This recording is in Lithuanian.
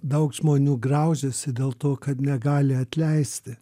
daug žmonių graužiasi dėl to kad negali atleisti